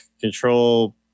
Control